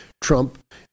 Trump